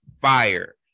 fire